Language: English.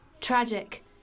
Tragic